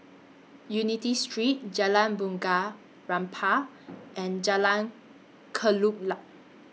Unity Street Jalan Bunga Rampai and Jalan Kelulut